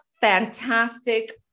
fantastic